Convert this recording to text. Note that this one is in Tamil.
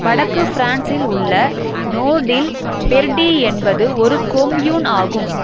வடக்கு ஃப்ரான்ஸில் உள்ள நோர்டில் பெர்டி என்பது ஒரு கொம்யூன் ஆகும்